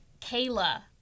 Kayla